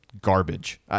garbage